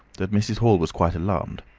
that mrs. hall was quite alarmed.